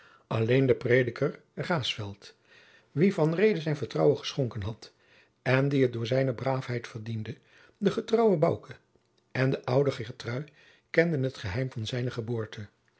alleen de predikant raesfelt wien van reede zijn vertrouwen geschonken had en die het door zijne braafheid verdiende de getrouwe bouke en de oude geertrui kenden het geheim van zijne geboorte